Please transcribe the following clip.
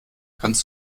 kannst